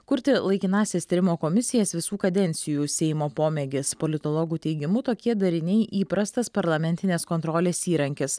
kurti laikinąsias tyrimo komisijas visų kadencijų seimo pomėgis politologų teigimu tokie dariniai įprastas parlamentinės kontrolės įrankis